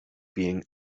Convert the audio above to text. being